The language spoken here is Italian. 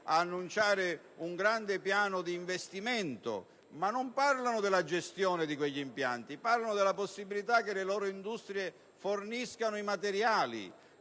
ad annunciare un grande piano di investimento, ma in realtà non parlano della gestione di quegli impianti: parlano della possibilità che le loro industrie forniscano i materiali